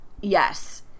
Yes